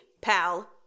pal